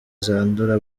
zandura